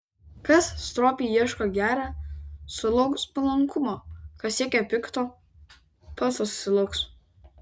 kas stropiai ieško gera sulauks palankumo kas siekia pikto pats to susilauks